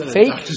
fake